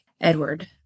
Edward